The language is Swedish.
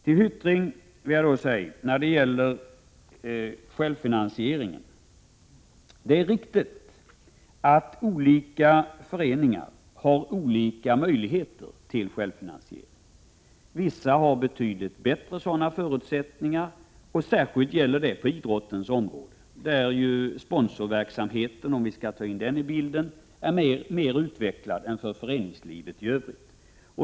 Till Jan Hyttring vill jag säga beträffande självfinansieringen att det är riktigt att olika föreningar har olika möjligheter till självfinansiering. Vissa har betydligt bättre förutsättningar, och särskilt gäller det på idrottens område, där sponsorverksamheten, om vi nu skall ta in den i bilden, är mer utvecklad än i föreningslivet i övrigt.